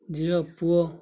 ଝିଅ ପୁଅ